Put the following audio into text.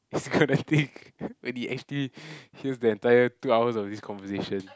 is gonna think when he actually hears the entire two hours of this conversation